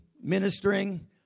ministering